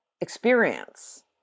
experience